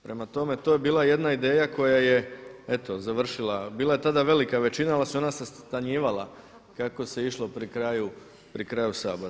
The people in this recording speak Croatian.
Prema tome, to je bila jedna ideja koja je eto završila, bila je tada velika većina ali se ona stanjivala kako se išlo pri kraju Sabora.